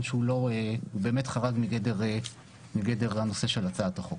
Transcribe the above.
שהוא באמת לא חרג מגדר הנושא של הצעת החוק.